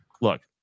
look